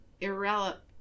irrelevant